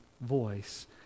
voice